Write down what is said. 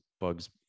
bugs